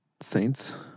Saints